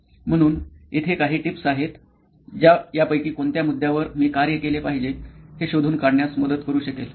म्हणून येथे काही टिप्स आहेत ज्या यापैकी कोणत्या मुद्द्यावर मी कार्य केले पाहिजे हे शोधून काढण्यास मदत करू शकेल